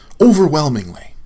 Overwhelmingly